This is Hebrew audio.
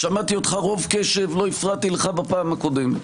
שמעתי אותך רוב קשב, לא הפרעתי לך בפעם הקודמת.